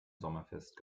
sommerfest